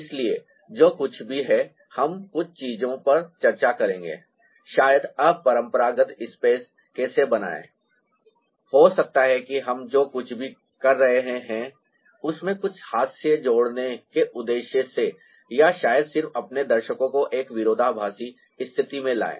इसलिए जो कुछ भी है हम कुछ चीजों पर चर्चा करेंगे शायद अपरंपरागत स्पैस कैसे बनाएं हो सकता है कि हम जो कुछ भी कर रहे हैं उसमें कुछ हास्य जोड़ने के उद्देश्य से या शायद सिर्फ अपने दर्शक को एक विरोधाभासी स्थिति में लाएं